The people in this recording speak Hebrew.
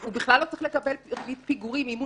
הוא בכלל לא צריך לקבל ריבית פיגורים אם הוא